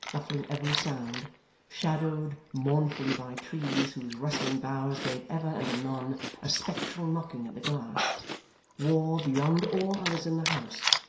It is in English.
muffling every sound shadowed mournfully by trees whose rustling boughs gave ever and anon a spectral knocking at the glass wore, beyond all others in the house,